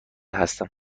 هستم